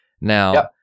Now